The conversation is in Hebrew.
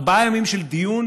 ארבעה ימים של דיון